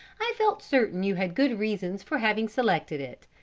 i felt certain you had good reasons for having selected it.